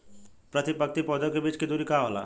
प्रति पंक्ति पौधे के बीच के दुरी का होला?